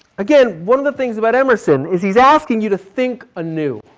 again, one of the things about emerson is he's asking you to think anew.